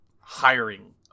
hiring